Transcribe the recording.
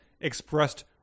expressed